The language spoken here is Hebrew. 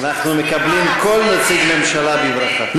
אנחנו מקבלים כל נציג ממשלה בברכה.